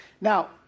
Now